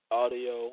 audio